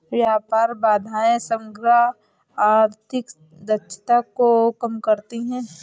व्यापार बाधाएं समग्र आर्थिक दक्षता को कम करती हैं